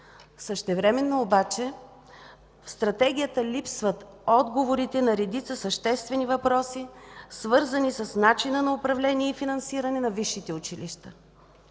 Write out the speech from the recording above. Същевременно обаче в Стратегията липсват отговорите на редица съществени въпроси, свързани с начина на управление и на финансиране на висшите училища.